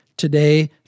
today